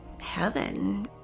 heaven